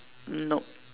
no